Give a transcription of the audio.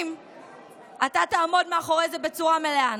לנשים אתה תעמוד מאחורי זה בצורה מלאה.